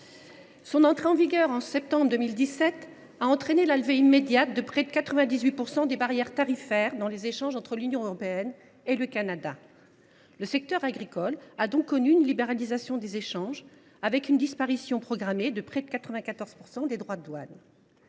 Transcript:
vigueur de cet accord, en septembre 2017, a entraîné la levée immédiate de près de 98 % des barrières tarifaires pesant sur les échanges entre l’Union européenne et le Canada. Le secteur agricole a donc connu une libéralisation des échanges, marquée par la disparition programmée de près de 94 % des droits de douane.